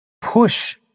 push